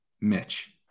Mitch